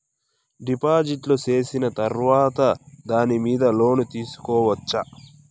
డిపాజిట్లు సేసిన తర్వాత దాని మీద లోను తీసుకోవచ్చా?